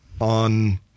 on